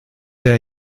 der